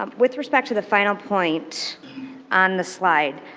um with respect to the final point on the slide,